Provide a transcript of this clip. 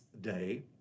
day